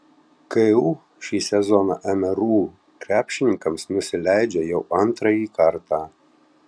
ku šį sezoną mru krepšininkams nusileidžia jau antrąjį kartą